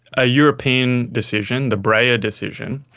a european decision, the breyer decision,